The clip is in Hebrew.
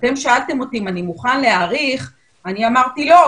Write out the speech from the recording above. כשאתם שאלתם אותי אם אני מוכן להאריך אני אמרתי לא,